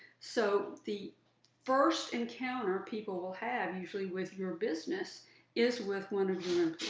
so the first encounter people will have usually with your business is with one of your